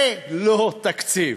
זה לא תקציב.